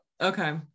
Okay